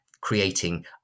creating